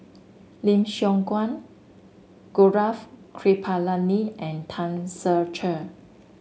Lim Siong Guan Gaurav Kripalani and Tan Ser Cher